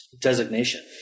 designation